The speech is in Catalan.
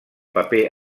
paper